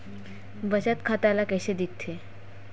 बचत खाता ला कइसे दिखथे?